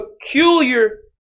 peculiar